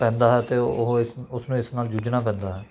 ਪੈਂਦਾ ਹੈ ਅਤੇ ਉਹ ਇਸ ਉਸਨੂੰ ਇਸ ਨਾਲ ਜੂਝਣਾ ਪੈਂਦਾ ਹੈ